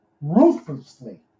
ruthlessly